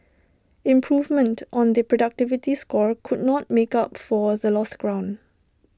improvement on the productivity score couldn't make up for the lost ground